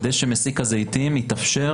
כדי שמסיק הזיתים יתאפשר